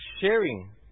sharing